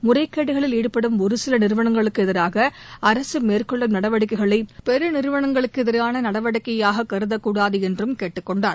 முறைகேடுகளில் ஈடுபடும் ஒரு சில நிறுவனங்களுக்கு எதிராக அரசு மேற்கொள்ளும் நடவடிக்கைகளை பெரு நிறுவனங்களுக்கு எதிரான நடவடிக்கையாக கருதக்கூடாது என்றும் கேட்டுக் கொண்டார்